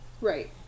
Right